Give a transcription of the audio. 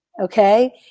Okay